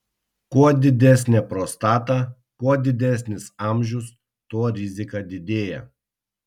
kuo didesnė prostata kuo didesnis amžius tuo rizika didėja